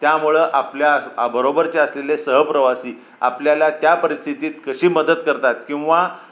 त्यामुळं आपल्या आज आ बरोबरचे असलेले सहप्रवासी आपल्याला त्या परिस्थितीत कशी मदत करतात किंवा